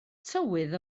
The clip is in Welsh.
tywydd